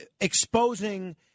exposing